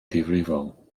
difrifol